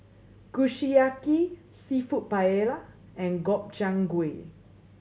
Kushiyaki Seafood Paella and Gobchang Gui